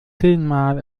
zehnmal